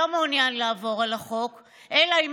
לא מעוניין לעבור על החוק אלא אם כן